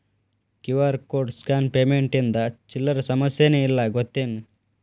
QR code scan payment ಇಂದ ಚಿಲ್ಲರ್ ಸಮಸ್ಯಾನ ಇಲ್ಲ ಗೊತ್ತೇನ್?